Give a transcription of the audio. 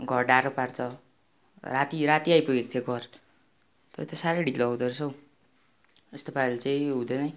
घर डाँडा पार छ राति राति आइपुगेको थियो घर तपाईँ त साह्रो ढिलो आउँदोरहेछ हौ यस्तो पाराले चाहिँ हुँदैन है